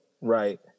right